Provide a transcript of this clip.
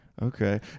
okay